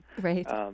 Right